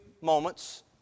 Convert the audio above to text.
moments